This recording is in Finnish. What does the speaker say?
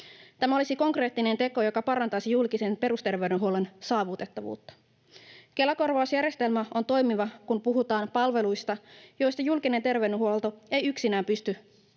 Tämä olisi konkreettinen teko, joka parantaisi julkisen perusterveydenhuollon saavutettavuutta. Kela-korvausjärjestelmä on toimiva, kun puhutaan palveluista, joita julkinen terveydenhuolto ei yksinään pysty järjestämään.